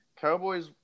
Cowboys